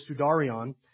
sudarion